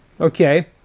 Okay